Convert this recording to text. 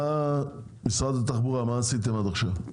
משרד התחבורה, מה עשיתם עד עכשיו?